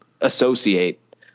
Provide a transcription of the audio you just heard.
associate